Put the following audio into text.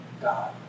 God